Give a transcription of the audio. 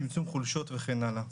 צמצום חולשות וכן הלאה.